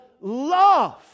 love